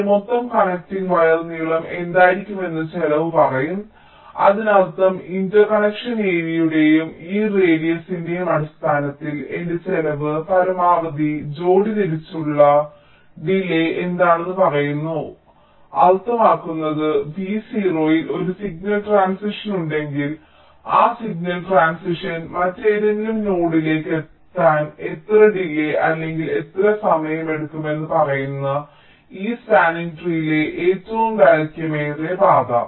എന്റെ മൊത്തം connecting wire നീളം എന്തായിരിക്കുമെന്ന് ചെലവ് പറയും അതിനർത്ഥം ഇന്റർകണക്ഷൻ ഏരിയയുടെയും ഈ റേഡിയസിന്റെയും അടിസ്ഥാനത്തിൽ എന്റെ ചെലവ് പരമാവധി ജോഡി തിരിച്ചുള്ള ഡിലേയ്യ് എന്താണെന്ന് പറയുന്നു അർത്ഥമാക്കുന്നത് v0 ൽ ഒരു സിഗ്നൽ ട്രാൻസിഷൻ ഉണ്ടെങ്കിൽ ആ സിഗ്നൽ ട്രാൻസിഷൻ മറ്റേതെങ്കിലും നോഡിലേക്ക് എത്താൻ എത്ര ഡിലേയ്യ് അല്ലെങ്കിൽ എത്ര സമയമെടുക്കുമെന്ന് പറയുന്ന ഈ സ്പാനിങ് ട്രീലെ ഏറ്റവും ദൈർഘ്യമേറിയ പാത